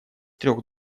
трех